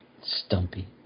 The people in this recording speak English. Stumpy